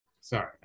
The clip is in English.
Sorry